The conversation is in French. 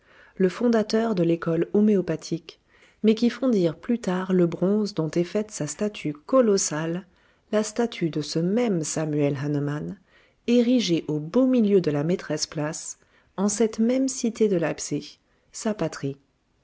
le fondateur de l'école homéopathique mais qui fondirent plus tard le bronze dont est faite sa statue colossale la statue de ce même samuel hahnemann érigée au beau milieu de la maîtresse place en cette même cité de leipzig sa patrie